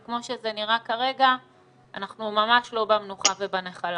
כמו שזה נראה כרגע אנחנו ממש לא במנוחה ובנחלה.